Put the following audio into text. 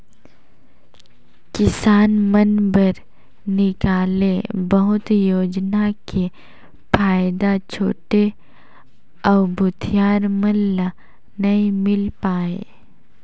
किसान मन बर निकाले बहुत योजना के फायदा छोटे अउ भूथियार मन ल नइ मिल पाये